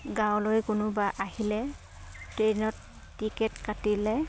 গাঁৱলৈ কোনোবা আহিলে ট্ৰেইনত টিকেট কাটিলে